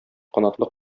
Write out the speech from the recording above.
канатлы